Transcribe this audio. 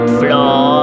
floor